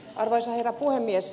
arvoisa herra puhemies